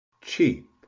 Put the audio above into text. Cheap